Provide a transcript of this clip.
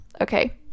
okay